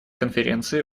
конференции